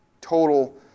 total